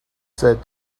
said